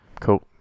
cool